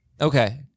Okay